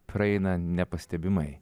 praeina nepastebimai